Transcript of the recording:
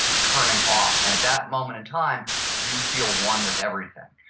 turning off. at that moment in time you feel one with everything.